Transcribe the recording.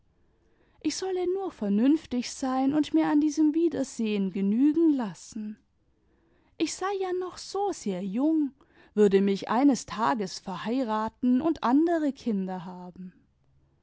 ich solle nur vernünftig sein und mir an diesem wiedersehen genügen lassen ich sei ja noch so sehr jung würde mich eines tages verheirat en und andere kinder haben